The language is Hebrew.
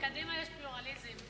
בקדימה יש פלורליזם.